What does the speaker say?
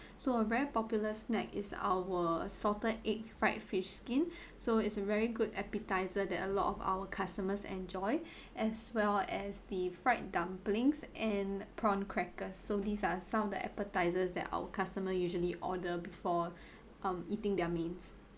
so a very popular snack is our salted egg fried fish skin so it's a very good appetizer that a lot of our customers enjoy as well as the fried dumplings and prawn crackers so these are some of the appetizers that our customer usually order before um eating their mains